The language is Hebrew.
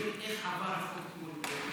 להסביר איך עבר החוק אתמול?